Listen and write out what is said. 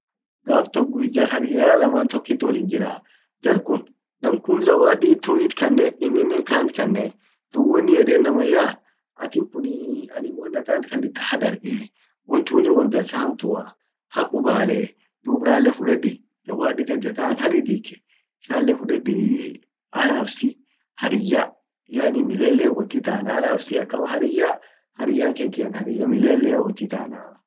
gaf tok jar hariyya laman tokkit wollin jiraa jarkun namkun zawadi tunit kanne innin kant kanne dun wonin yeden namanyaa atin kun wonnat ant kannit tan hadarge .won tunnen won dansa hamtua hakubale dub ralle fudedi zawadi tente tan an haridhike, ralle fudedi anaf si hariyya yaani milele wot itana anaf si akama hariyya, hariyyan kenken hariyya milelea wot itanaa.